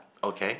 okay